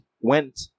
went